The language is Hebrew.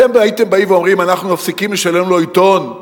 אתם הייתם באים ואומרים: אנחנו מפסיקים לשלם לו עיתון,